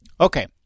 Okay